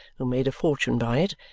who made a fortune by it,